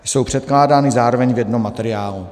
Jsou předkládány zároveň v jednom materiálu.